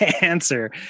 answer